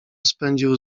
spędził